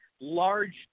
large